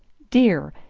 dear,